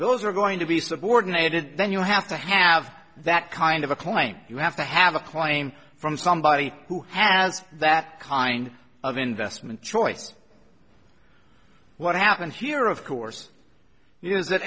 those are going to be subordinated then you have to have that kind of a claim you have to have a claim from somebody who has that kind of investment choice what happened here of course